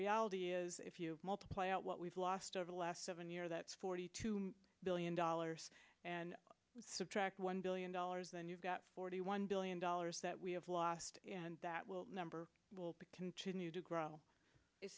reality is if you multiply out what we've lost over the last seven year that forty two billion dollars and subtract one billion dollars then you've got forty one billion dollars that we have lost and that will number will continue to grow